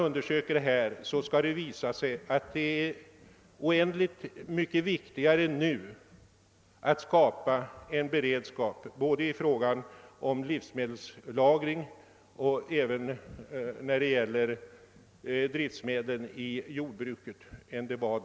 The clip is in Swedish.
Undersöker man förhållandena skall det visa sig, att det nu är ännu mycket viktigare att skapa en tillräckligt omfattande beredskap i fråga om både livsmedelslagring och lagring av drivmedel för jordbruket. Herr talman!